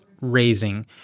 raising